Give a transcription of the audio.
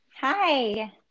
Hi